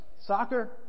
Soccer